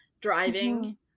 driving